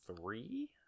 three